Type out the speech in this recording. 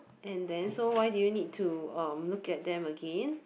and then so why do you need to look at them again